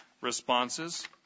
responses